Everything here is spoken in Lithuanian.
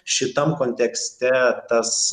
šitam kontekste tas